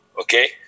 okay